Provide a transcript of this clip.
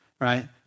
right